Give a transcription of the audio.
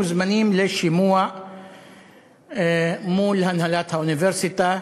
מוזמנים לשימוע מול הנהלת האוניברסיטה,